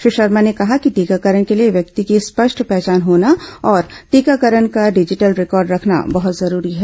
श्री शर्मा ने कहा कि टीकाकरण के लिए व्यक्ति की स्पष्ट पहचान होना और टीकाकरण का डिजीटल रिकॉर्ड रखना बहुत जरूरी है